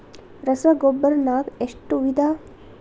ರಸಗೊಬ್ಬರ ನಾಗ್ ಎಷ್ಟು ವಿಧ?